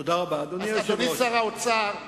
אז אדוני, שר האוצר.